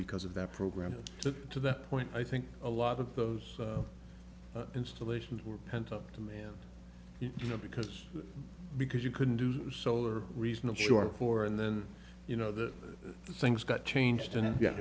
because of that program to the point i think a lot of those installations were pent up demand you know because because you couldn't do solar reasonably short for and then you know that things got changed and yeah